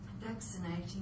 vaccinating